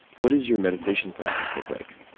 what does your meditation practice look like?